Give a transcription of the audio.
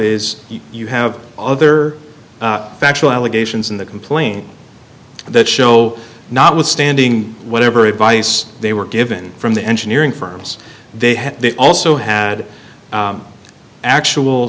is you have other factual allegations in the complaint that show notwithstanding whatever advice they were given from the engineering firms they had they also had actual